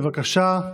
בבקשה,